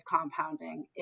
compounding